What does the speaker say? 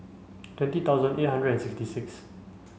twenty thousand eight hundred and sixty six